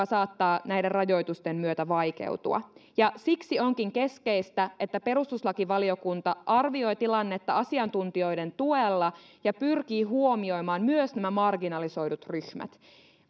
saattaa näiden rajoitusten myötä vaikeutua ja siksi onkin keskeistä että perustuslakivaliokunta arvioi tilannetta asiantuntijoiden tuella ja pyrkii huomioimaan myös nämä marginalisoidut ryhmät